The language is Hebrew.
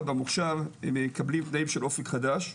במוכש"ר הם מקבלים תנאים של אופק חדש,